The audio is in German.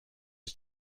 ich